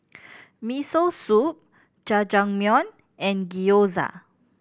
Miso Soup Jajangmyeon and Gyoza